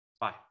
Bye